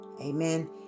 Amen